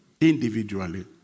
Individually